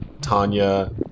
Tanya